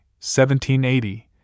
1780